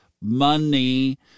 money